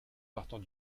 partant